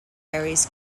ferries